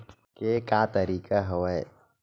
के का तरीका हवय?